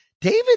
David